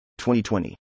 2020